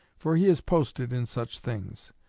for he is posted in such things,